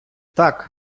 так